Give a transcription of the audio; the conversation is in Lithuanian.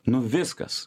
nu viskas